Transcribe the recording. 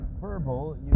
verbal